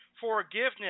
forgiveness